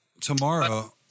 Tomorrow